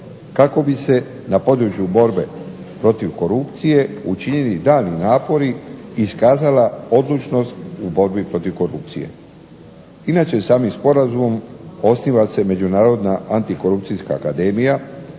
kako bi se na području borbe protiv korupcije učinili daljnji napori i iskazala odlučnost u borbi protiv korupcije. Inače samim sporazumom osniva se Međunarodna antikorupcijska akademija,